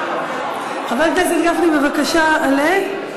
חבר הכנסת גפני, בבקשה עלה.